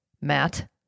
Matt